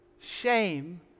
Shame